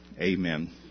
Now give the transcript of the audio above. Amen